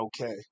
okay